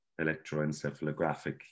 Electroencephalographic